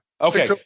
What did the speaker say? Okay